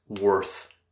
worth